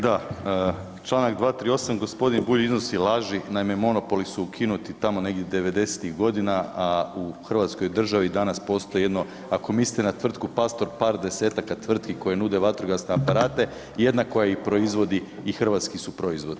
Da, Članak 238. gospodin Bulj iznosi laži, naime monopoli su ukinuti tamo negdje '90.-tih godina, a u Hrvatskoj državi danas postoji jedno ako mislite na tvrtku Pastor par 10-taka tvrtki koje nude vatrogasne aparate, jedna koja ih proizvodi i hrvatski su proizvod.